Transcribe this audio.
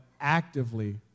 actively